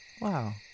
Wow